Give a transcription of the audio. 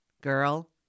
girl